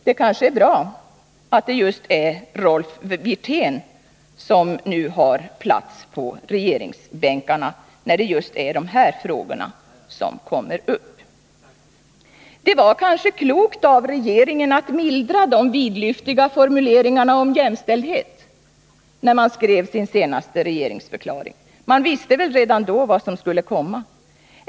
Det är kanske bra att det är just Rolf Wirtén som nu har plats på regeringsbänken, Nr 54 då just de här frågorna kommer upp. Det var kanske klokt av regeringen att mildra de vidlyftiga formuleringarna om jämställdhet, när den skrev sin senaste regeringsförklaring. Man visste väl redan då vad som skulle komma.